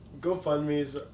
GoFundMes